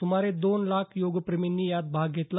सुमारे दोन लाख योगप्रेर्मींनी यात भाग घेतला